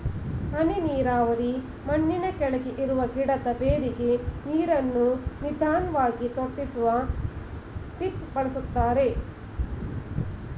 ಹನಿ ನೀರಾವರಿ ಮಣ್ಣಿನಕೆಳಗೆ ಇರೋ ಗಿಡದ ಬೇರಿಗೆ ನೀರನ್ನು ನಿಧಾನ್ವಾಗಿ ತೊಟ್ಟಿಸಲು ಡ್ರಿಪ್ ಬಳಸ್ತಾರೆ